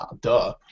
duh